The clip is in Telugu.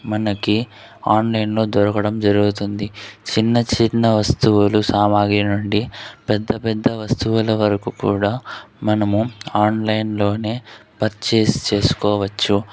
మనకి ఆన్లైన్లో దొరకడం జరుగుతుంది చిన్న చిన్న వస్తువులు సామాగ్రి నుండి పెద్ద పెద్ద వస్తువుల వరకు కూడా మనము ఆన్లైన్ లోనే పర్చేస్ చేసుకోవచ్చు